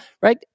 right